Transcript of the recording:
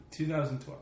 2012